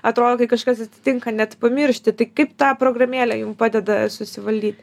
atrodo kai kažkas atsitinka net pamiršti tai kaip ta programėlė jum padeda susivaldyt